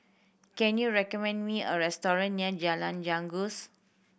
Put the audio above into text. can you recommend me a restaurant near Jalan Janggus